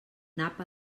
nap